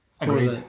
Agreed